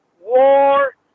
War